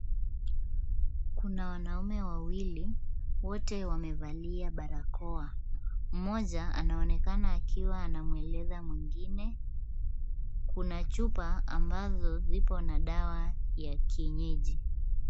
Kuna wanaume wawili, wote wamevalia barakoa. Mmoja anaonekana akiwa anamweleza mwingine. Kuna chupa ambazo zipo na dawa ya kienyeji.